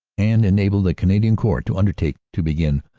and enabled the canadian corps to undertake to begin,